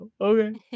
Okay